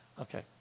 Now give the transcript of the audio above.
Okay